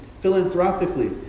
philanthropically